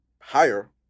higher